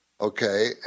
okay